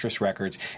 records